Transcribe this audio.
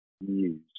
news